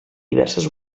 diverses